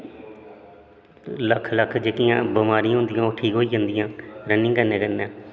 लक्ख लक्ख जेह्कियां बमारिया होदियां ओह् ठीक होई जंदिया रनिंग करने कन्नै